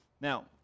Now